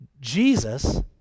Jesus